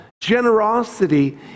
generosity